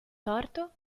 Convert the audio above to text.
torto